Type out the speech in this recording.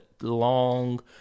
long